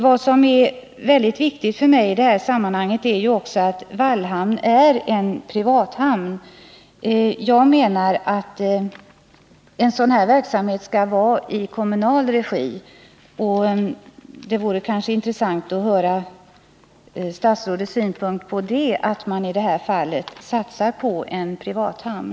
Vad som är väldigt viktigt för mig i detta sammanhang är också att Vallhamn är en privathamn. Jag menar att en sådan här verksamhet skall bedrivas i kommunal regi, och det vore intressant att höra statsrådets synpunkt på att man i det här fallet satsar på en privathamn.